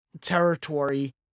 territory